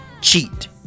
cheat